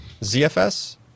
ZFS